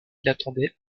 l’attendait